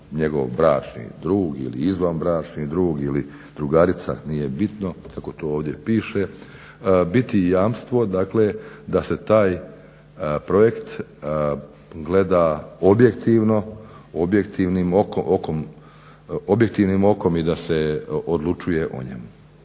njegov bračni drug ili izvanbračni drug, ili drugarica nije bitno kako to ovdje piše biti jamstvo dakle da se taj projekt gleda objektivno, objektivnim okom i da se odlučuje o njemu.